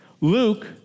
Luke